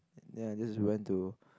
then I I just went to